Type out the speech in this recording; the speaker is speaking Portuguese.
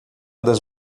das